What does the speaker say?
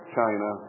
China